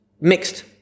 Mixed